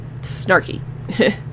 snarky